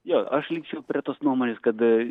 jo aš likčiau prie tos nuomonės kad